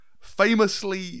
Famously